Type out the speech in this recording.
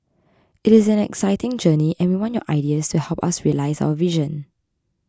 it is an exciting journey and we want your ideas to help us realise our vision